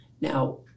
Now